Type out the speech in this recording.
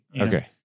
Okay